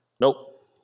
Nope